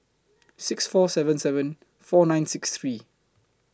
six four seven seven four nine six three